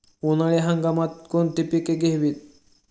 उन्हाळी हंगामात कोणती पिके घ्यावीत?